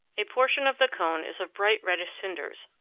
a portion of the cone is of bright reddish cinders,